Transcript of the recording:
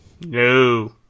No